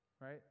right